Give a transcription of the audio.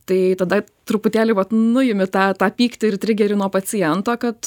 tai tada truputėlį vat nuimi tą tą pyktį ir trigerį nuo paciento kad